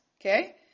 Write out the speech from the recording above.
Okay